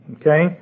okay